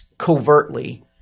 covertly